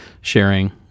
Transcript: sharing